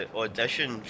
audition